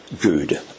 good